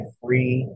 free